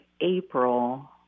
April